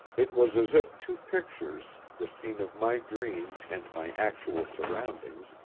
it was as if two pictures, the scene of my dream, and my actual surroundings,